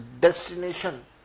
destination